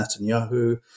Netanyahu